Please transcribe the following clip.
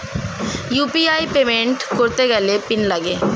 UPI payment করতে গেলে PIN লাগে